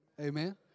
Amen